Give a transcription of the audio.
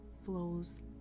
flows